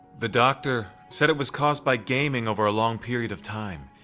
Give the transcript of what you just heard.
the doctor said it was caused by gaming over a long period of time,